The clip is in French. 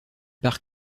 par